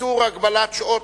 שיצאה מתחת